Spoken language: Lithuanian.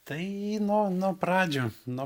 tai nuo nuo pradžių nuo